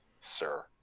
sir